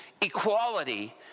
equality